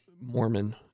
Mormon